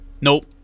Nope